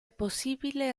possibile